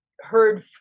heard